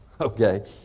Okay